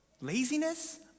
laziness